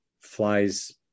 flies